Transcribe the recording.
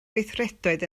gweithredoedd